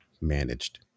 managed